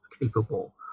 capable